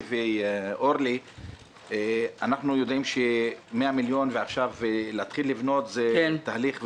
אנחנו יודעים שלהתחיל לבנות זה תהליך.